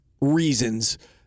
reasons